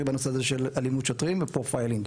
בנושא הזה של אלימות שוטרים ופרופיילינג.